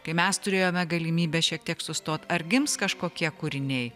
kai mes turėjome galimybę šiek tiek sustot ar gims kažkokie kūriniai